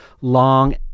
long